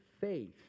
faith